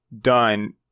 done